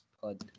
Pod